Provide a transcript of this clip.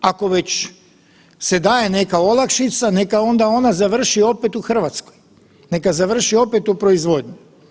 Ako već se daje neka olakšica neka onda ona završi opet u RH, neka završi opet u proizvodnji.